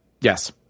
Yes